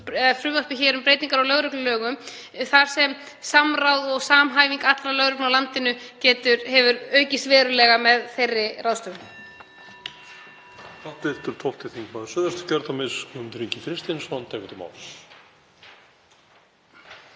frumvarpi um breytingar á lögreglulögum þar sem samráð og samhæfing allra lögregluembætta á landinu hefur aukist verulega með þeirri ráðstöfun.